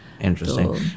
interesting